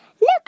Look